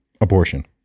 abortion